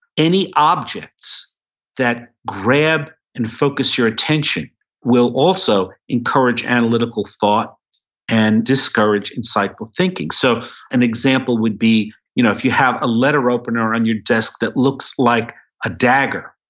any objects that grab and focus your attention will also encourage analytical thought and discourage insightful thinking so an example would be you know if you have a letter opener on and your desk that looks like a dagger,